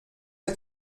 est